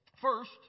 First